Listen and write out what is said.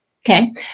Okay